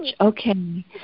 Okay